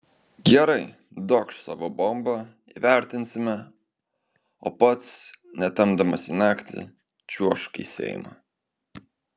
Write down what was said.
gerai duokš savo bombą įvertinsime o pats netempdamas į naktį čiuožk į seimą